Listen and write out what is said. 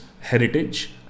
heritage